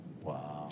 Wow